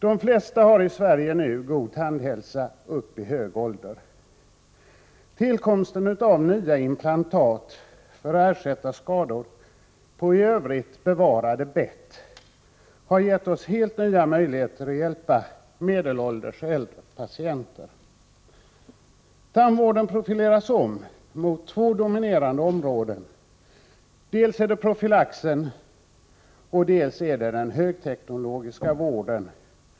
De flesta människor i Sverige har nu god tandhälsa upp i hög ålder. Tillkomsten av nya inplantat för att ersätta skador på i övrigt bevarade bett har gett oss helt nya möjligheter att hjälpa medelålders och äldre patienter. Tandvården profileras om mot två dominerande områden: dels profylaxen, dels den högteknologiska vården.